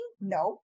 No